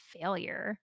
failure